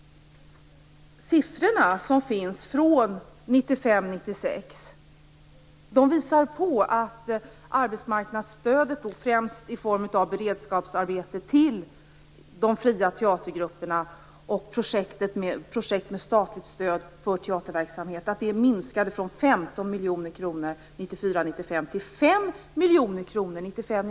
Siffrorna från 1995 95 till 5 miljoner kronor 1995/96.